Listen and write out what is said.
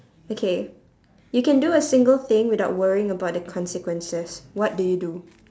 okay you can do a single thing without worrying about the consequences what do you do